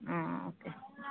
okay